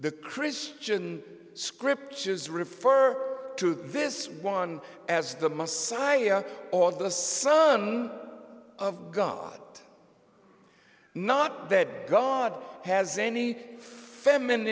the christian scriptures refer to this one as the messiah or the son of god not that god has any feminine